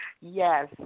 Yes